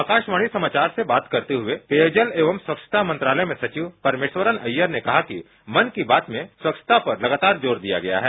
आकाशवाणी समाचार से बात करते हुए पेयजल एवं स्वच्छता मंत्रालय में सचिव परमेश्वरन अय्यर ने कहा कि मन की बात में स्वच्छता पर लगातार जोर दिया गया है